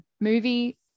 movie